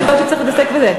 אני חושבת שצריך להתעסק בזה.